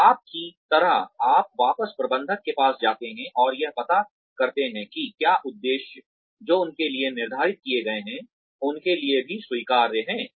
तो आप की तरह आप वापस प्रबंधकों के पास जाते हैं और यह पता करते हैं कि क्या उद्देश्य जो उनके लिए निर्धारित किए गए हैं उनके लिए भी स्वीकार्य हैं